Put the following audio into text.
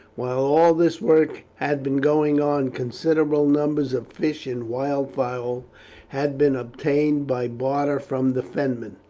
while all this work had been going on considerable numbers of fish and wildfowl had been obtained by barter from the fenmen,